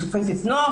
שופטת נוער,